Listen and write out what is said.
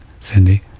Cindy